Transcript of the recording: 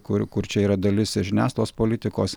kur kur čia yra dalis žiniasklaidos politikos